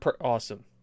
awesome